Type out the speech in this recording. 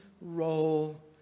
role